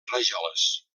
rajoles